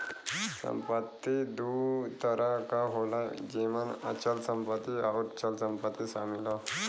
संपत्ति दू तरह क होला जेमन अचल संपत्ति आउर चल संपत्ति शामिल हौ